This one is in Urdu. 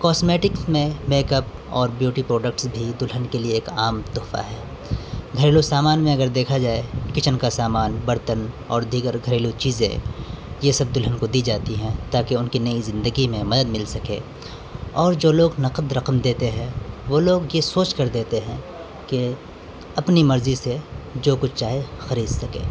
کاسمیٹکس میں میک اپ اور بیوٹی پروڈکٹس بھی دلہن کے لیے ایک عام تحفہ ہے گھریلو سامان میں اگر دیکھا جائے کچن کا سامان برتن اور دیگر گھریلو چیزے یہ سب دلہن کو دی جاتی ہیں تاکہ ان کی نئی زندگی میں مدد مل سکے اور جو لوگ نقد رقم دیتے ہیں وہ لوگ یہ سوچ کر دیتے ہیں کہ اپنی مرضی سے جو کچھ چاہے خرید سکے